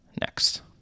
next